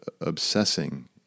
obsessing